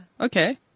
Okay